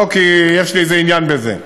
לא כי יש לי איזה עניין בזה.